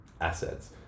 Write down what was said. assets